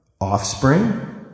offspring